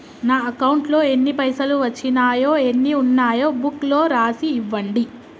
నా అకౌంట్లో ఎన్ని పైసలు వచ్చినాయో ఎన్ని ఉన్నాయో బుక్ లో రాసి ఇవ్వండి?